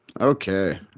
Okay